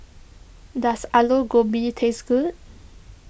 does Alu Gobi taste good